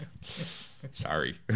sorry